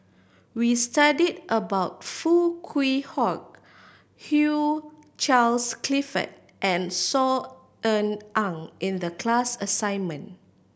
we studied about Foo Kwee Horng Hugh Charles Clifford and Saw Ean Ang in the class assignment